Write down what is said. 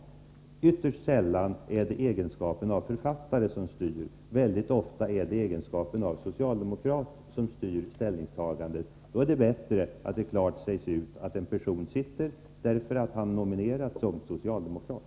Det är ytterst sällan egenskapen av författare, utan snarare egenskapen av socialdemokrat som styr ställningstagandet. Då är det bättre att det klart sägs ut att personen sitter på sin post därför att han nominerats som socialdemokrat.